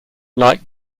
like